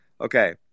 Okay